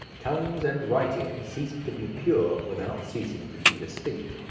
tongues and writing ceased to be pure without ceasing to be distinct.